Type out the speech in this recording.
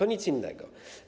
O nic innego.